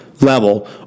level